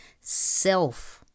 self